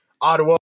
Ottawa